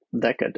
decade